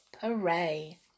hooray